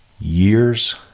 years